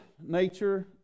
nature